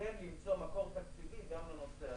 יימצא מקור תקציבי גם לנושא הזה.